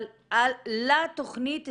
אבל לתכנית ספציפית,